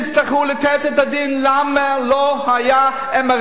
אתם תצטרכו לתת את הדין למה לא היה MRI